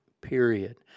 period